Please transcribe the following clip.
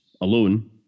alone